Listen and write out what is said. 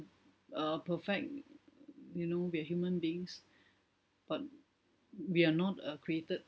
uh perfect you know we're human beings but we're not uh created